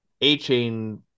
A-chain